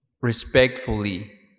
respectfully